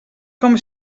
com